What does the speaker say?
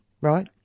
right